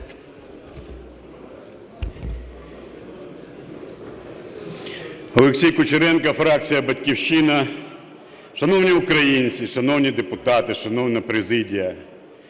Олексій Кучеренко, фракція "Батьківщина". Шановні українці, шановні депутати, шановна президія!